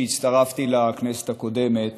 כשהצטרפתי לכנסת הקודמת.